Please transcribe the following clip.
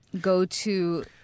go-to